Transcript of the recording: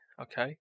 Okay